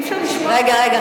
אי-אפשר לשמוע, רגע, רגע.